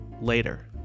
later